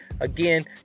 Again